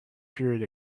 period